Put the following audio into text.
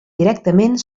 directament